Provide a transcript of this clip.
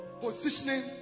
Positioning